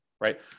right